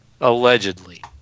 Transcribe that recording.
Allegedly